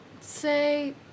say